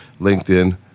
LinkedIn